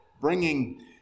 bringing